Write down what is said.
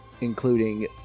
including